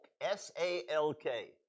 S-A-L-K